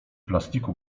plastiku